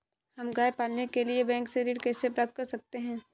हम गाय पालने के लिए बैंक से ऋण कैसे प्राप्त कर सकते हैं?